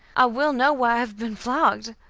i will know why i have been flogged.